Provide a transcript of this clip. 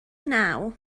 naw